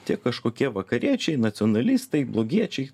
tie kažkokie vakariečiai nacionalistai blogiečiai